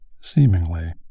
Seemingly